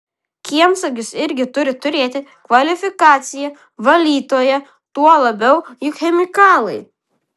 kiemsargis irgi turi turėti kvalifikaciją valytoja tuo labiau juk chemikalai